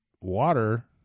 water